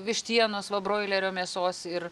vištienos va broilerio mėsos ir